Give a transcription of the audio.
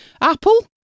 Apple